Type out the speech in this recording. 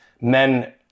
men